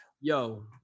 Yo